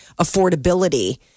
affordability